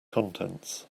contents